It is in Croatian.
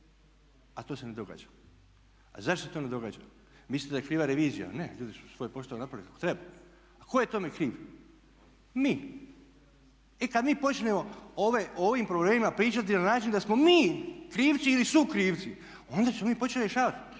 a to se ne događa. A zašto se to ne događa? Mislite da je kriva revizija? Ne. Ljudi su svoj posao napravili kako treba. A tko je tome kriv? Mi. I kad mi počnemo o ovim problemima pričati na način da smo mi krivci ili sukrivci, onda smo mi počeli rješavati.